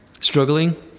struggling